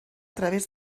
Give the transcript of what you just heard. través